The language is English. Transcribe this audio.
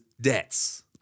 debts